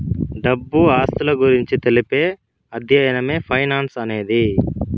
డబ్బు ఆస్తుల గురించి తెలిపే అధ్యయనమే ఫైనాన్స్ అనేది